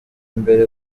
imbere